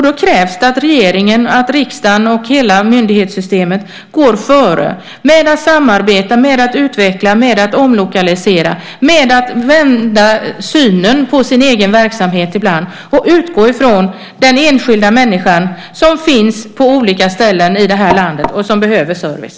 Då krävs det att regering, riksdag och hela myndighetssystemet går före med att samarbeta, utveckla, omlokalisera och ibland vända synen på sin egen verksamhet och utgå från den enskilda människan som finns på olika ställen i landet och som behöver service.